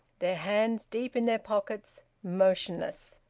their hands deep in their pockets, motionless.